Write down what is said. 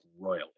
royally